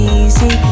easy